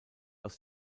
aus